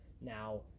Now